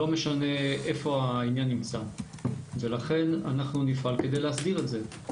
לא משנה איפה העניין נמצא ולכן אנחנו נפעל כדי להסדיר את זה.